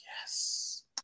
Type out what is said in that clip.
yes